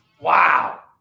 Wow